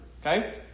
Okay